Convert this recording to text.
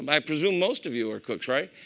um i presume most of you are cooks, right?